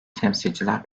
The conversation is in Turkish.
temsilciler